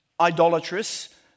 idolatrous